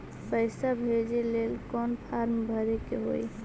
पैसा भेजे लेल कौन फार्म भरे के होई?